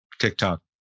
TikTok